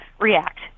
react